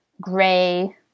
gray